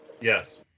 Yes